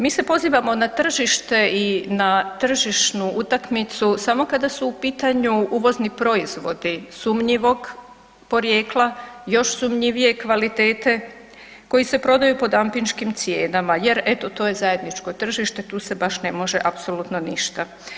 Mi se pozivamo na tržište i na tržišnu utakmicu samo kada su u pitanju uvozni proizvodi sumnjivog porijekla, još sumnjivije kvalitete koji se prodaju po dampinškim cijenama, jer eto to je zajedničko tržište tu se baš ne može apsolutno ništa.